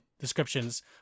descriptions